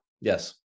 yes